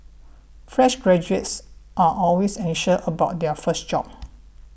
fresh graduates are always anxious about their first job